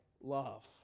love